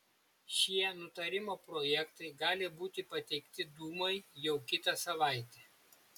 šie nutarimo projektai gali būti pateikti dūmai jau kitą savaitę